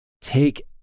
take